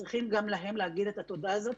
צריכים גם להם להגיד את התודה הזאת.